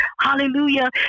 Hallelujah